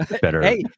better